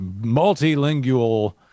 multilingual